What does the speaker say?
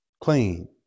clean